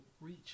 reach